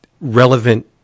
relevant